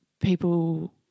people